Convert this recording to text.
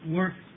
work